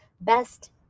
best